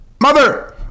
Mother